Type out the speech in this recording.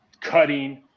cutting